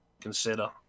consider